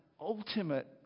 ultimate